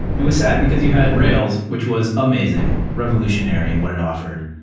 it was sad, because you had rails, which was amazing revolutionary and what it offered,